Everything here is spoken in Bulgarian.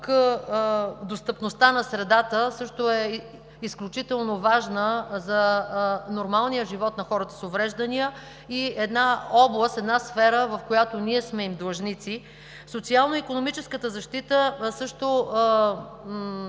Тук достъпността на средата също е изключително важна за нормалния живот на хората с увреждания и е една област, една сфера, в която ние сме им длъжници. Социално-икономическата защита също беше